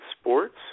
sports